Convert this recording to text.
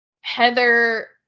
Heather